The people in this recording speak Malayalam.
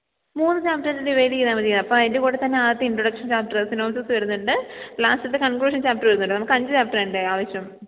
മൂന്ന് ചാപ്റ്ററായിട്ട് ഡിവൈഡ് ചെയ്താൽ മതി അപ്പം അതിന്റെ കൂടെ തന്നെ ആദ്യത്തെ ഇന്ട്രൊഡക്ഷന് ചാപ്റ്ററ് സിനോപ്സിസ് വരുന്നുണ്ട് ലാസ്റ്റത്തെ കണ്ക്ലൂഷന് ചാപ്റ്ററ് വരുന്നുണ്ട് നമുക്കഞ്ച് ചാപ്റ്ററിന്റെ ആവശ്യം